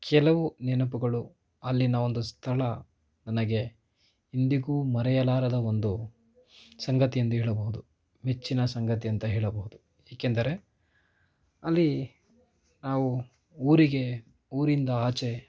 ಕೆಲವು ನೆನಪುಗಳು ಅಲ್ಲಿನ ಒಂದು ಸ್ಥಳ ನನಗೆ ಇಂದಿಗೂ ಮರೆಯಲಾರದ ಒಂದು ಸಂಗತಿ ಎಂದು ಹೇಳಬಹುದು ಮೆಚ್ಚಿನ ಸಂಗತಿ ಅಂತ ಹೇಳಬಹುದು ಏಕೆಂದರೆ ಅಲ್ಲಿ ನಾವು ಊರಿಗೆ ಊರಿಂದ ಆಚೆ